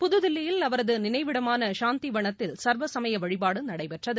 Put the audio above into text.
புதுதில்லியில் அவரது நினைவிடமான சாந்தி வனத்தில் சா்வசமய வழிபாடு நடைபெற்றது